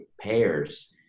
payers